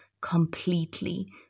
completely